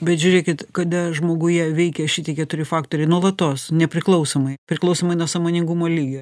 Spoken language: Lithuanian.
bet žiūrėkit kada žmoguje veikia šitie keturi faktoriai nuolatos nepriklausomai priklausomai nuo sąmoningumo lygio